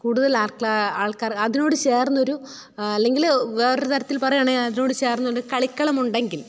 കൂടുതല് ആള്ക്കാര് അതിനോട് ചേര്ന്നൊരു അല്ലെങ്കിൽ വേറൊരുതരത്തില് പറയുകയാണെങ്കിൽ അതിനോട് ചേര്ന്നൊരു കളിക്കളം ഉണ്ടെങ്കില്